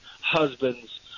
husbands